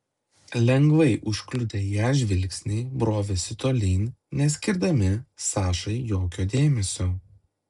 lengvai užkliudę ją žvilgsniai brovėsi tolyn neskirdami sašai jokio dėmesio